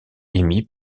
émis